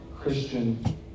Christian